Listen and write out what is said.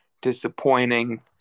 disappointing